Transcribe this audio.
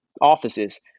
offices